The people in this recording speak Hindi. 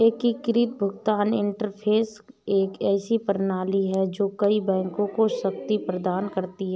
एकीकृत भुगतान इंटरफ़ेस एक ऐसी प्रणाली है जो कई बैंकों को शक्ति प्रदान करती है